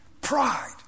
pride